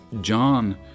John